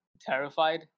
terrified